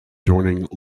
joining